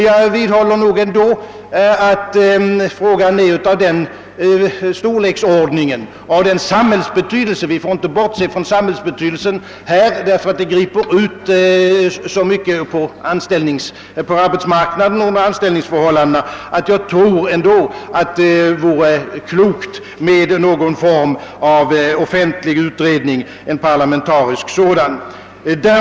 Jag vidhåller dock att frågan är av den storleksordning och samhällsbetydelse — vi får inte bortse från det sistnämnda, ty frågan har betydelse på arbetsmarknaden och för anställningsförhållandena — att det vore klokt med någon form av offentlig eller parlamentarisk utredning.